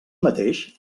mateix